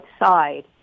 outside